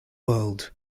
world